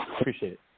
Appreciate